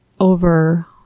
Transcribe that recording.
over